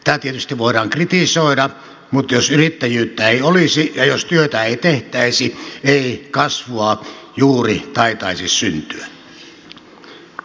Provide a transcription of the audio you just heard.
tätä tietysti voidaan kritisoida mutta jos yrittäjyyttä ei olisi ja jos työtä ei tehtäisi ei kasvua juuri taitaisi syntyä